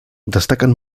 destaquen